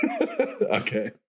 Okay